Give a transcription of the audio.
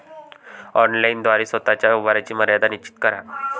online द्वारे स्वतः च्या व्यवहाराची मर्यादा निश्चित करा